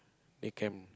they can